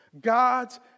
God's